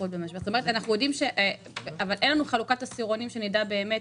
אבל אין לנו חלוקה לפי עשירונים, שנדע באמת.